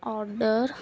order